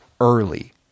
early